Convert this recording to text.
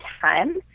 time